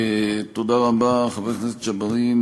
תודה רבה, חבר הכנסת ג'בארין.